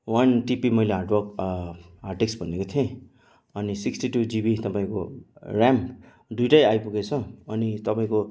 one TB मैले hard work hard disk भनेको थिएँ अनि सिक्स्टी टू जिबी तपाईँको ऱ्याम दुईवटै आइपुगेछ अनि तपाईँको